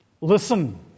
listen